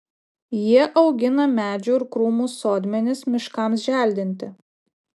jie augina medžių ir krūmų sodmenis miškams želdinti